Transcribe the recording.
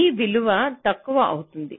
ఈ విలువ తక్కువ అవుతుంది